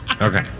Okay